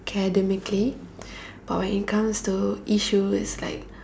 academically but when it comes to issues like